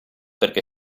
perché